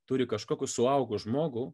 turi kažkokį suaugus žmogų